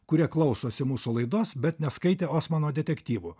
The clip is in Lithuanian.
kurie klausosi mūsų laidos bet neskaitė osmano detektyvų